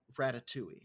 Ratatouille